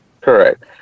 Correct